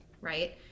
right